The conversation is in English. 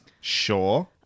Sure